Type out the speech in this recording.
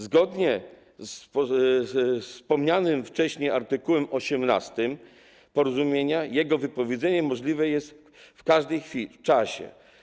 Zgodnie z wspomnianym wcześniej art. 18 porozumienia jego wypowiedzenie możliwe jest w każdej chwili, w każdym czasie.